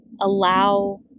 allow